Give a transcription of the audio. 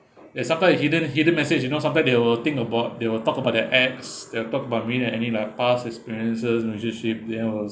there's some type of hidden hidden message you know sometimes they will think about they will talk about the ex they will talk about I mean like any like past experiences relationship there was